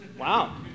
Wow